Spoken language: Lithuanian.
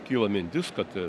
kilo mintis kad